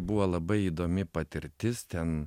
buvo labai įdomi patirtis ten